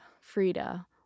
Frida